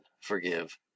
forgive